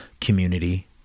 community